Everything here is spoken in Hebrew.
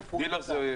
איפה הוא נמצא?